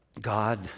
God